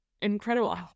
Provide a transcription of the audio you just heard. incredible